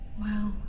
Wow